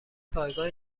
پایگاه